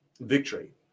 victory